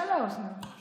שלוש, נו.